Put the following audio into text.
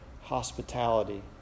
hospitality